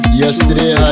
yesterday